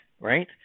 right